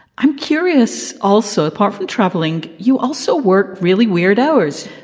i'm curious also, apart from travelling, you also work really weird hours,